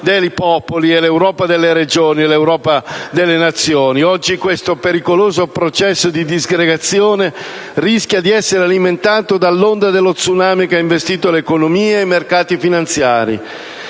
Oggi questo pericoloso processo di disgregazione rischia di essere alimentato dall'onda dello *tsunami* che ha investito l'economia e i mercati finanziari.